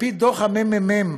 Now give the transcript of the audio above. על-פי דוח מרכז המחקר והמידע,